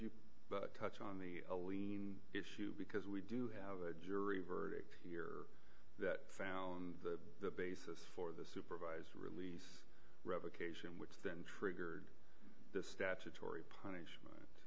you touch on the a lean issue because we do have a jury verdict here that found the basis for the supervised release revocation which then triggered the statutory punishment